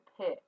pick